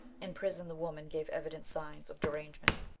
in prison the woman gave evident signs of derangement.